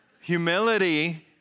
Humility